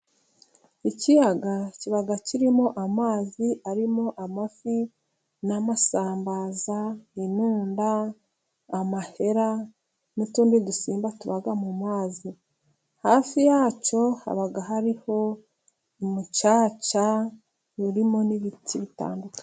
Ikiyaga kiba kirimo amazi arimo amafi, n'amasambaza, inunda, amahera n'utundi dusimba tuba mu mazi, hafi yacyo haba hariho umucaca urimo n'ibiti bitandukanye.